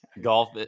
Golf